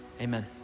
amen